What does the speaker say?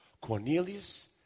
Cornelius